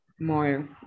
more